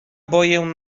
boję